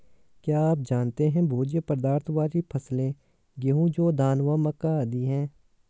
क्या आप जानते है भोज्य पदार्थ वाली फसलें गेहूँ, जौ, धान व मक्का आदि है?